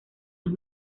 los